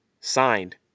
signed